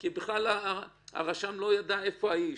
כי הרשם לא ידע איפה האיש.